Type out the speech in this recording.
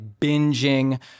binging